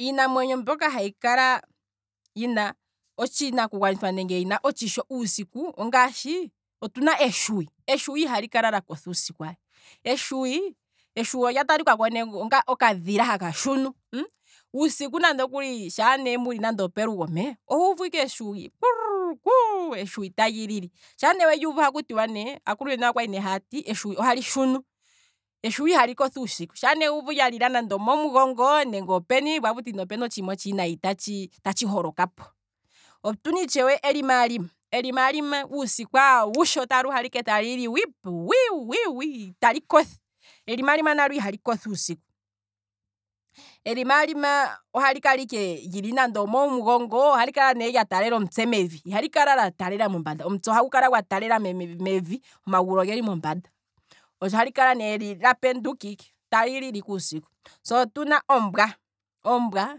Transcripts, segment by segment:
Iinamwenyo mbyoka hayi kala yina otshinakugwanithwa nenge yina otshisho uusiku, otuna ngaashi eshuwi, eshuwi ihali kala lakotha uusiku aye, eshuwi, eshuwi olya talikako ne onga okadhila haka shunu, uusiku nande okuli sha ne muli nande opelugo mpee, oho uvu ike kruuuul kruuul, eshuwi tali lili, sha ne weli uvu ohaku tiwa ne, aakulu yonale okwali haati eshuwi ohali shunu, eshuwi ihali kotha uusiku, shaa nee wuuvu lyalila nande opomulongo, nenge openi, ko otaku ti opena otshiima otshiinayi tatshi holokapo, otuna itshewe elimaalima, elimaalima uusiku awushe otali lili ike wiiipa wiiiiiiwiiii, itali kotha, elimaalima nalo ihali kotha uusiku, elimaalima ohali kala ike lili nande omomugongo, ohali kala lya talela omutse mevi, ihali kala lya tala pombanda, ohali kala lya talamevi, omagulu ogeli mombanda, ohali kala ne lya penduka ike, tali lili ike uusiku, se otuna ombwa, ombwa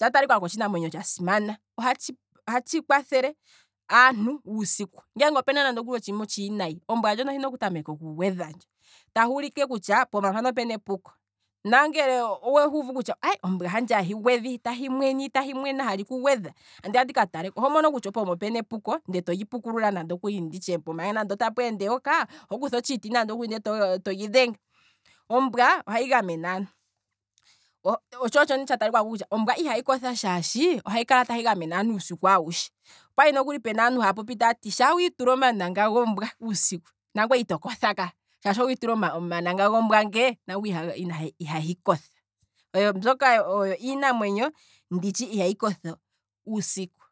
otsha talikako otshinamwenyo tsha simana, ohatshi kwathele aantu uusiku, ngeenge opuna nande otshiima otshi winayi, ombwa ndjono ohina oku tameka okugwedha ndjo, tahi ulike kutya pooma mpano opena epuko, nongele owamono kutya, ombwa handje ahi gwedha itahi mwena itahi mwena hali kugwedha, andiya ndika taleko, oho mono kutya pooma opena epuko ndele toli pukulula nande okuli kutya nande okuli pooma nge otapu ende eyoka, oho kutha otshiti nande okuli ndee toli dhenge, ombwa ohahi gamene aantu, tsho otsho ne tsha talikako kutya ombwa ihahi kotha ohahi kala tahi gamene aantu uusiku awushe, opwali ne puna aantu haya popi kutya shaa witula omananga gombwa pomesho, nangweye ito kotha uusiku ka, shaashi owiitula omananga ngee, mbyoka oyo iinamwenyo nditshi ihayi kotha uusiku.